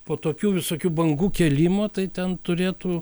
po tokių visokių bangų kėlimo tai ten turėtų